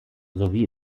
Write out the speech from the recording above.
sowie